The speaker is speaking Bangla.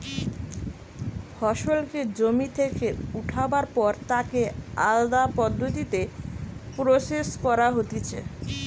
ফসলকে জমি থেকে উঠাবার পর তাকে আলদা পদ্ধতিতে প্রসেস করা হতিছে